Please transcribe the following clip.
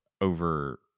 over